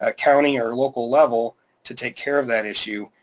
ah county or local level to take care of that issue,